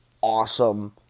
awesome